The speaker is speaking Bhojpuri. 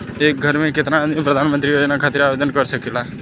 एक घर के केतना आदमी प्रधानमंत्री योजना खातिर आवेदन कर सकेला?